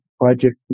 project